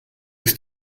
ist